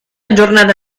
giornata